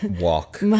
walk